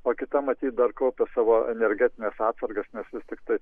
o kita matyt dar kaupia savo energetines atsargas nes vis tiktai